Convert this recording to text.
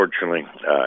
unfortunately